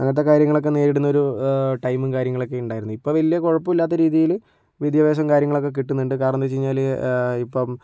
അങ്ങനത്തെ കാര്യങ്ങളൊക്കെ നേരിടുന്നൊരു ടൈമും കാര്യങ്ങളൊക്കെ ഉണ്ടായിരുന്നു ഇപ്പോൾ വലിയ കുഴപ്പമില്ലാത്ത രീതിയിൽ വിദ്യാഭ്യാസവും കാര്യങ്ങളൊക്കെ കിട്ടുന്നുണ്ട് കാരണം എന്താണെന്ന് വച്ച് കഴിഞ്ഞാൽ ഇപ്പം